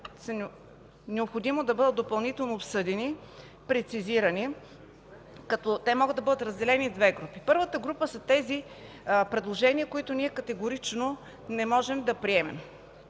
необходимо да бъдат допълнително обсъдени, прецизирани, като могат да бъдат разделени в две групи. Първата група са тези предложения, които ние категорично не можем да приемем.